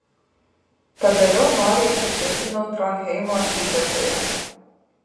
pagaliau noriai įsitvirtinau tronheimo apygardoje